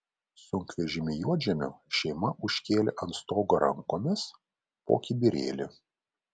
sunkvežimį juodžemio šeima užkėlė ant stogo rankomis po kibirėlį